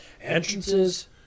entrances